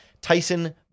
Tyson